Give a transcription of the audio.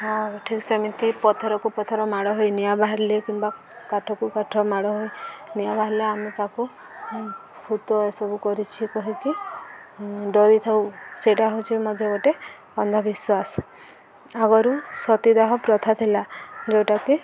ହଁ ଠିକ୍ ସେମିତି ପଥରକୁ ପଥର ମାଡ଼ ହୋଇ ନିଆଁ ବାହାରିଲେ କିମ୍ବା କାଠକୁ କାଠ ମାଡ଼ ହୋଇ ନିଆଁ ବାହାରିଲେ ଆମେ ତାକୁ ଭୂତ ଏସବୁ କରିଛି କହିକି ଡରିଥାଉ ସେଇଟା ହଉଛି ମଧ୍ୟ ଗୋଟେ ଅନ୍ଧବିଶ୍ୱାସ ଆଗରୁ ସତୀଦାହ ପ୍ରଥା ଥିଲା ଯୋଉଟାକି